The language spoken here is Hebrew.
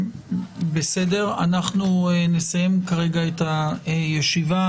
נסיים את הישיבה.